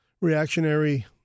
reactionary